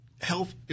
health